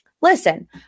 listen